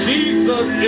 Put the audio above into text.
Jesus